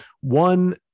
One